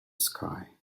sky